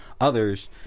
others